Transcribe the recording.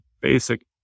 basic